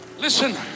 listen